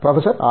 professor R